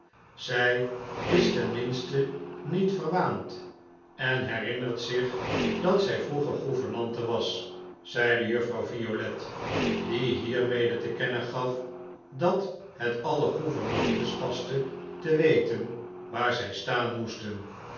zij is ten minste niet verwaand en herinnert zich dat zij vroeger gouvernante was zeide juffrouw violet die hiermede te kennen gaf dat het alle gouvernantes paste te weten waar zij staan moesten